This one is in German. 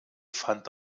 fand